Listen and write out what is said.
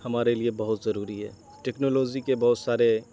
ہمارے لیے بہت ضروری ہے ٹیکنالوزی کے بہت سارے